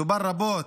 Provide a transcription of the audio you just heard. דובר רבות,